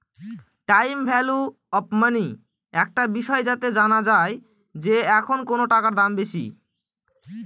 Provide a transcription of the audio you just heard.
time value of money একটা বিষয় যাতে জানা যায় যে এখন কোনো টাকার দাম বেশি